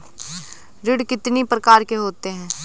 ऋण कितनी प्रकार के होते हैं?